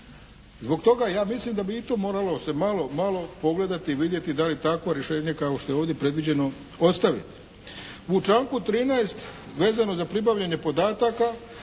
Zbog toga ja mislim da bi i to moralo se malo pogledati i vidjeti da li takvo rješenje kao što je ovdje predviđeno ostaviti. U članku 13. vezano za pribavljanje podataka